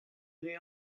dre